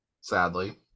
sadly